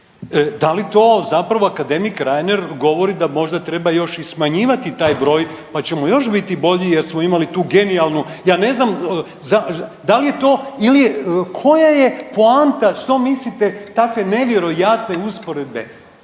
da li to zapravo akademik Reiner da možda treba još i smanjivati taj broj, pa ćemo još biti bolji jer smo imali tu genijalnu, ja ne znam da li je to ili koja je poanta što mislite takve nevjerojatne usporedbe